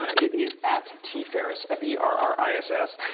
ah it is at tferriss, f e r r i s s.